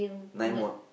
night mode